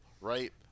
right